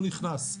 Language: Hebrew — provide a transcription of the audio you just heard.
לא נכנס,